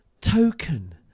token